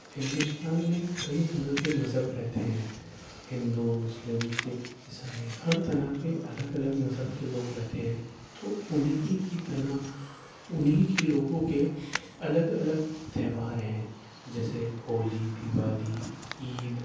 ہندوستان میں کئی طرح کے مذہب رہتے ہیں ہندو مسلم سکھ عیسائی ہر طرح کے الگ الگ مذہب کے لوگ رہتے ہیں تو ان ہی کی طرح ان ہی کے لوگوں کے الگ الگ تہوار ہیں جیسے ہولی دیوالی عید